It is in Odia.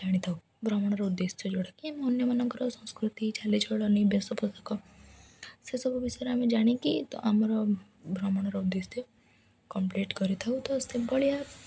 ଜାଣିଥାଉ ଭ୍ରମଣର ଉଦ୍ଦେଶ୍ୟ ଯୋଉଟାକ କି ଅନ୍ୟମାନଙ୍କର ସଂସ୍କୃତି ଚାଲିଚଳନି ବେଶ ପୋଷକ ସେସବୁ ବିଷୟରେ ଆମେ ଜାଣିକି ତ ଆମର ଭ୍ରମଣର ଉଦ୍ଦେଶ୍ୟ କମ୍ପ୍ଲିଟ୍ କରିଥାଉ ତ ସେଭଳିଆ